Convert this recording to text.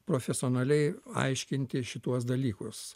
profesionaliai aiškinti šituos dalykus